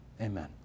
Amen